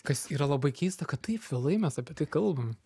kas yra labai keista kad taip vėlai mes apie tai kalbam